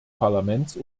parlaments